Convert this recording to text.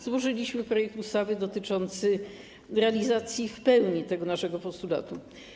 Złożyliśmy projekt ustawy dotyczący realizacji w pełni tego naszego postulatu.